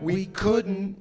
we couldn't